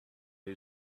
who